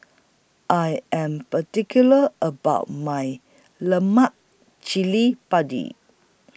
I Am particular about My Lemak Cili Padi